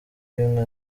bimwe